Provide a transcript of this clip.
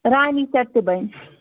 رانی set تہِ بَنہِ